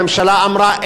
הממשלה אמרה,